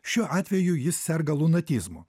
šiuo atveju jis serga lunatizmu